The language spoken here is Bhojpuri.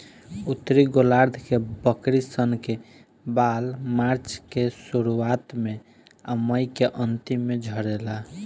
उत्तरी गोलार्ध के बकरी सन के बाल मार्च के शुरुआत में आ मई के अन्तिम में झड़ेला